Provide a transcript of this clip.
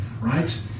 right